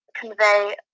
convey